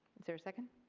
there a second?